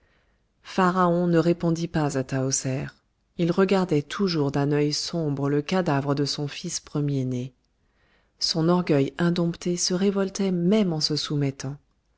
ne répondit pas à tahoser il regardait toujours d'un œil sombre le cadavre de son fils premier-né son orgueil indompté se révoltait même en se soumettant